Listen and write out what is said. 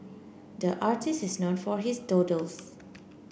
the artist is known for his doodles